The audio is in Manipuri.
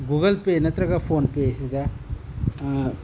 ꯒꯨꯒꯜ ꯄꯦ ꯅꯠꯇ꯭ꯔꯒ ꯐꯣꯟꯄꯦꯁꯤꯗ